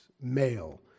Male